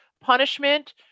Punishment